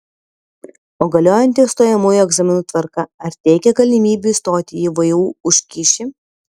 o galiojanti stojamųjų egzaminų tvarka ar teikia galimybių įstoti į vu už kyšį